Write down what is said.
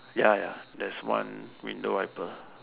ya ya there's one window wiper